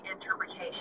interpretation